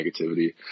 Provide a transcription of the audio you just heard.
negativity